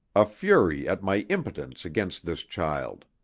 a fury at my impotence against this child.